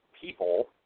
people